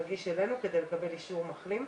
מגיש אלינו כדי לקבל אישור מחלים.